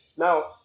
Now